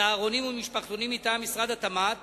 צהרונים ומשפחתונים מטעם משרד התמ"ת